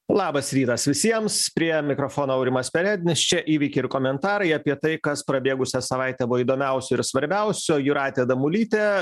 labas rytas visiems prie mikrofono aurimas perednis čia įvykiai ir komentarai apie tai kas prabėgusią savaitę buvo įdomiausio ir svarbiausio jūratė damulytė